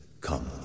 Come